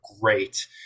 great